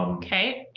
um okay,